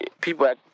People